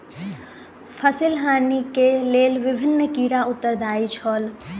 फसिल हानि के लेल विभिन्न कीड़ा उत्तरदायी छल